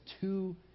two